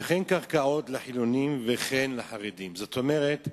וכן קרקעות לחילונים וכן לחרדים" זאת אומרת,